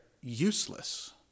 useless